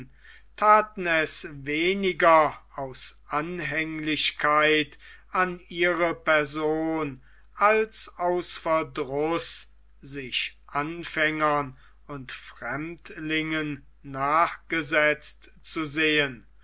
es weniger aus anhänglichkeit an ihre person als aus verdruß sich anfängern und fremdlingen nachgesetzt zu sehen